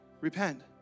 Repent